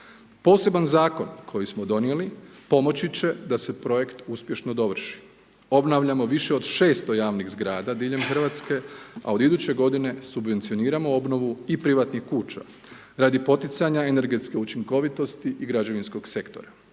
Poseban zakon koji smo donijeli pomoći će da se projekt uspješno dovrši, obnavljamo više od 600 javnih zgrada diljem Hrvatske, a od iduće godine subvencioniramo obnovu i privatnih kuća radi poticanja energetske učinkovitosti i građevinskog sektora.